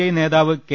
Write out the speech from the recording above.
I നേതാവ് K